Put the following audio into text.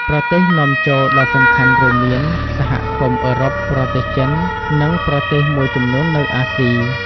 ប្រទេសនាំចូលដ៏សំខាន់រួមមាន សហគមន៍អឺរ៉ុប ប្រទេសចិន និងប្រទេសមួយចំនួននៅអាស៊ី។